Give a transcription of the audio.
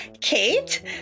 Kate